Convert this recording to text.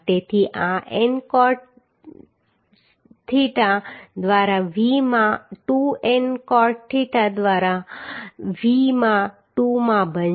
તેથી આ N cot theta દ્વારા V માં 2 N cot થીટા દ્વારા V માં 2 માં બનશે